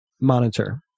monitor